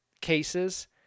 cases